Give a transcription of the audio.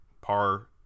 par